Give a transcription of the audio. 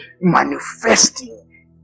manifesting